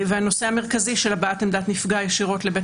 והנושא המרכזי של הבעת עמדת נפגע ישירות לבית